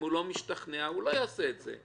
אם הוא לא משתכנע, הוא לא יעשה את זה.